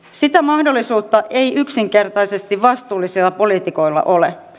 sitä mahdollisuutta ei yksinkertaisesti vastuullisilla poliitikoilla ole